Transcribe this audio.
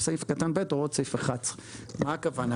סעיף קטן (ב) הוראות סעיף 11. רק להבנה,